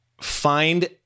find